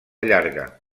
llarga